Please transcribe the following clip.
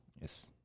yes